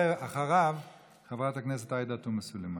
ואחריו, חברת הכנסת עאידה תומא סלימאן.